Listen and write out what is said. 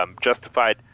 justified